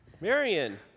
Marion